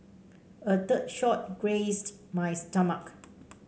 a third shot grazed my stomach